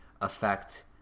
affect